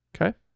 Okay